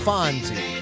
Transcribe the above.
Fonzie